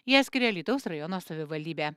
ją skiria alytaus rajono savivaldybė